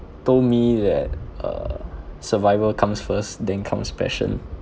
told me that err survival comes first then comes passion